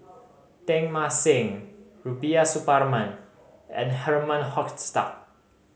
Teng Mah Seng Rubiah Suparman and Herman Hochstadt